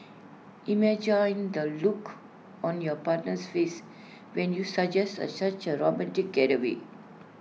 imagine the look on your partner's face when you suggest A such A romantic getaway